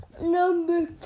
number